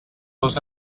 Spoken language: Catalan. dos